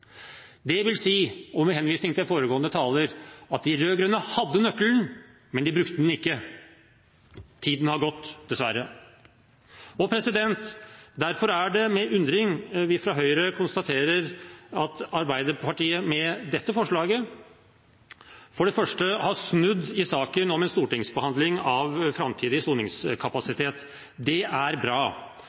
med henvisning til foregående taler – at de rød-grønne hadde nøkkelen, men de brukte den ikke. Tiden har gått – dessverre. Derfor er det med undring vi fra Høyre konstaterer at Arbeiderpartiet med dette forslaget for det første har snudd i saken om en stortingsbehandling av framtidig soningskapasitet. Det er bra.